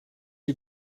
you